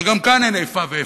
אבל גם כאן אין איפה ואיפה,